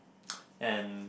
and